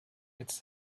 its